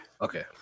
Okay